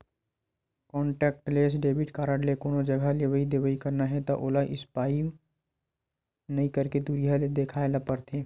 contactless debit card ले कोनो जघा लेवइ देवइ करना हे त ओला स्पाइप नइ करके दुरिहा ले देखाए ल परथे